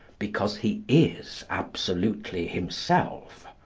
because he is absolutely himself.